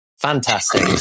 Fantastic